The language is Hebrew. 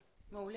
מעולה.